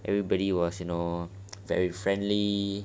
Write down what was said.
everybody was you know very friendly